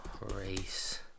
race